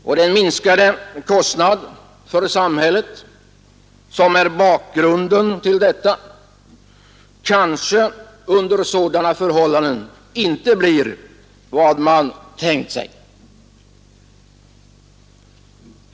Och den minskade kostnad för samhället som är bakgrunden till förslaget kanske under sådana förhållanden inte blir vad man tänkt sig.